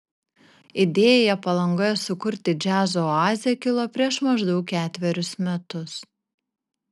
idėja palangoje sukurti džiazo oazę kilo prieš maždaug ketverius metus